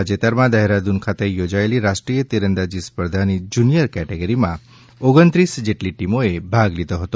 તાજેતરમાં દહેરાદ્રન ખાતે યોજાયેલી રાષ્ટ્રીય તીરંદાજી સ્પર્ધાની જૂનિયર કેટેગરીમાં ઓગણત્રીસ જેટલી ટીમોએ ભાગ લીધો હતો